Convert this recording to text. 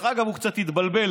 הוא קצת התבלבל,